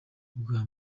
ubwa